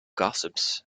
gossips